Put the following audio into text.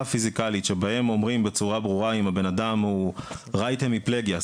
פיזיקלית שבהם אומרים בצורה ברורה אם הבן אדם הוא right hemiplegia,